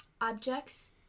objects